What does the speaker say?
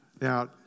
Now